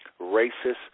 racist